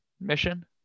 mission